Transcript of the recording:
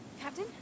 Captain